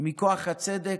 מכוח הצדק.